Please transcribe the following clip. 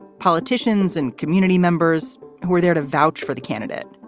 politicians and community members who were there to vouch for the candidate.